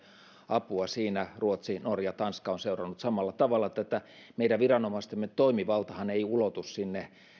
apua siinä ruotsi norja tanska ovat seuranneet samalla tavalla tätä meidän viranomaistemme toimivaltahan ei ulotu sinne